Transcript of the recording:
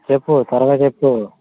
చెప్పు త్వరగా చెప్పు